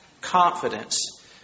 confidence